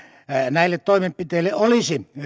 näille toimenpiteille olisi